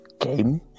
game